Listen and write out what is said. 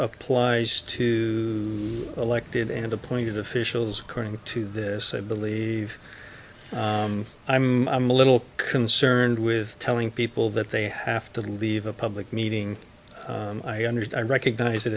applies to elected and appointed officials according to this i believe i'm i'm a little concerned with telling people that they have to leave a public meeting i understand and recognize that